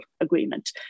agreement